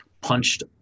punched